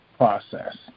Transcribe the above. process